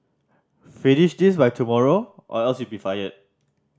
finish this by tomorrow or else you'll be fired